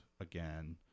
again